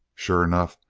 sure enough,